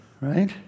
right